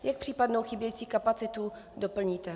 Jak případnou chybějící kapacitu doplníte?